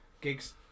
gigs